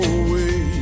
away